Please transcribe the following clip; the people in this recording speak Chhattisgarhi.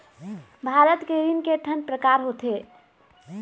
भारत के ऋण के ठन प्रकार होथे?